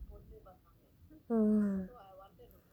mm